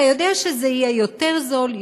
אתה יודע שזה יהיה יותר זול,